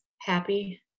Happy